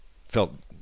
felt